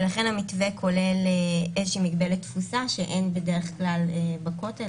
ולכן המתווה כולל מגבלת תפוסה שאין בדרך כלל בכותל.